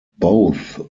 both